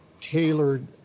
tailored